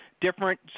different